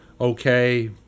okay